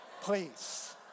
Please